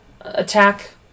Attack